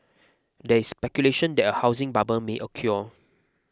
there is speculation that a housing bubble may occur